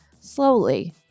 slowly